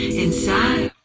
inside